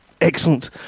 Excellent